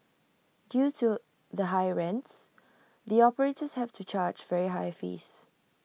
due to the high rents the operators have to charge very high fees